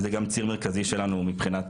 זה גם ציר מרכזי שלנו מבחינת